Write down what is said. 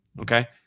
Okay